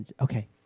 okay